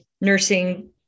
nursing